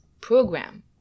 program